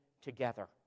together